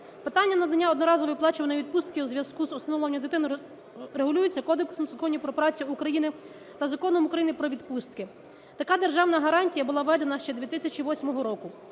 Питання надання одноразової оплачуваної відпустки у зв'язку з усиновленням дитини регулюється Кодексом законів про працю України та Законом України "Про відпустки". Така державна гарантія була введена ще 2008 року.